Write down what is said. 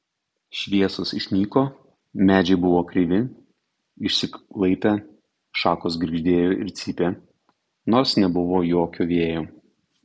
šviesos išnyko medžiai buvo kreivi išsiklaipę šakos girgždėjo ir cypė nors nebuvo jokio vėjo